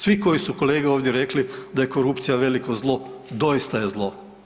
Svi koji su kolege ovdje rekli da je korupcija veliko zlo, doista je zlo.